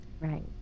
Right